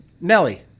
Nelly